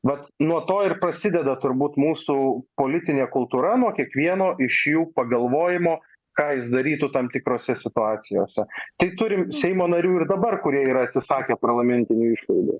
vat nuo to ir prasideda turbūt mūsų politinė kultūra nuo kiekvieno iš jų pagalvojimo ką jis darytų tam tikrose situacijose tai turim seimo narių ir dabar kurie yra atsisakę parlamentinių išlaidų